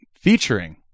featuring